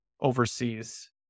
overseas